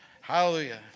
Hallelujah